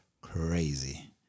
crazy